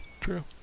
True